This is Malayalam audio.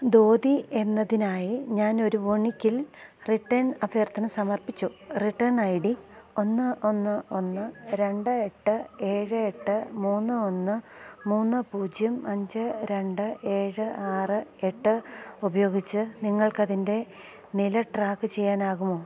ധോതി എന്നതിനായി ഞാൻ ഒരു വൂണിക്കിൽ റിട്ടേൺ അഭ്യർത്ഥന സമർപ്പിച്ചു റിട്ടേൺ ഐ ഡി ഒന്ന് ഒന്ന് ഒന്ന് രണ്ട് എട്ട് ഏഴ് എട്ട് മൂന്ന് ഒന്ന് മൂന്ന് പൂജ്യം അഞ്ച് രണ്ട് ഏഴ് ആറ് എട്ട് ഉപയോഗിച്ച് നിങ്ങൾക്ക് അതിൻ്റെ നില ട്രാക്ക് ചെയ്യാൻ ആകുമോ